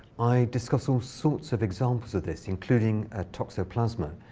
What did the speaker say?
i discuss all sorts of examples of this, including a toxoplasma,